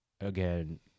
again